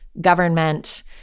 government